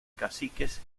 caciques